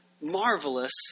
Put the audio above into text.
marvelous